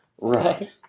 Right